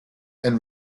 and